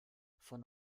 von